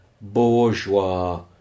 bourgeois